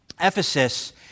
Ephesus